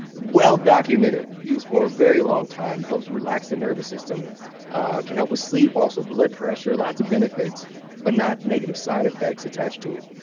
well documented, and used for a very long time. it helps relax the nervous system. it can help with sleep, also blood pressure. lots of benefits but not negative side effects attached to it.